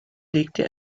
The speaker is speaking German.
legte